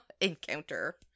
encounter